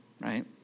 right